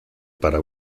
para